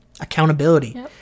accountability